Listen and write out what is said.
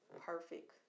perfect